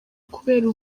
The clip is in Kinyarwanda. kubera